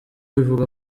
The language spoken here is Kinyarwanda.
ivuga